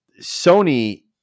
Sony